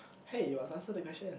hey you must answer that question